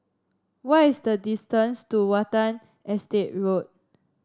what is the distance to Watten Estate Road